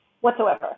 whatsoever